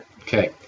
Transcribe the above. Okay